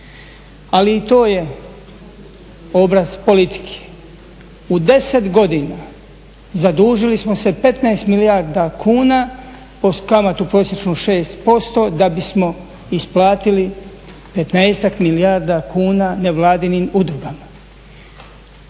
Ali i to je obraz politike. U 10 godina zadužili smo se 15 milijarda kuna uz kamatu prosječnu 6% da bismo isplatili 15-ak milijarda kuna nevladinim udrugama.